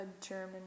German